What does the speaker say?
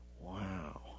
wow